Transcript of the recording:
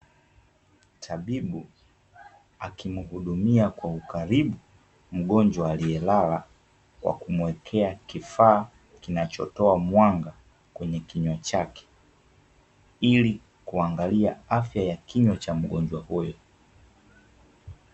Tabibu akimhudumia kwa ukaribu mgonjwa aliyelala kwa kumwekea kifaa kinachotoa mwanga kwenye kinywa chake, ili kuangalia afya ya kinywa cha mgonjwa huyo.